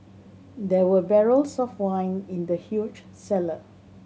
there were barrels of wine in the huge cellar